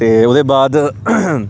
ते ओह्दे बाद